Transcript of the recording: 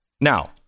Now